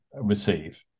receive